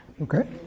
Okay